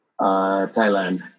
Thailand